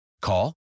Call